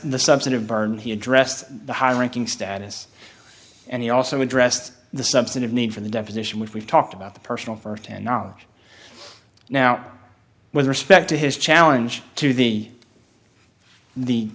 the substantive burn he addressed the high ranking status and he also addressed the substantive need for the deposition which we've talked about the personal first hand knowledge now with respect to his challenge to the the